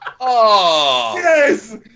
Yes